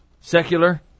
Secular